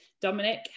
Dominic